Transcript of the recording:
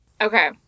Okay